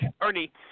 Ernie